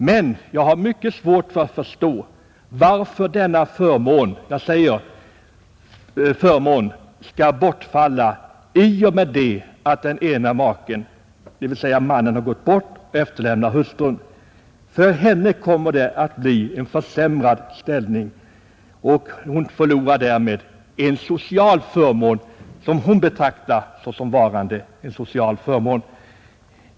Men jag har mycket svårt att förstå varför denna förmån — jag säger förmån — skall bortfalla i och med att den ena maken, dvs. mannen, har gått bort. För den efterlämnade hustrun kommer detta att innebära en försämrad ställning, eftersom hon därmed förlorar något som hon betraktar såsom en social förmån.